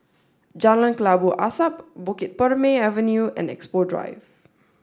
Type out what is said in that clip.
Jalan Kelabu Asap Bukit Purmei Avenue and Expo Drive